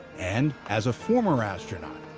and, as a former astronaut,